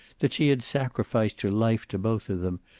that she had sacrificed her life to both of them,